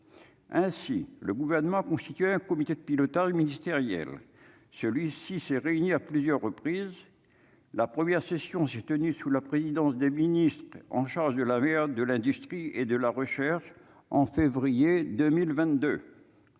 ainsi le gouvernement a constitué un comité de pilotage ministériel, celui-ci s'est réuni à plusieurs reprises, la première session s'est tenue sous la présidence des ministres en charge de la mère de l'industrie et de la recherche en février 2022